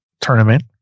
tournament